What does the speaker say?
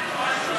קודם כול,